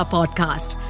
Podcast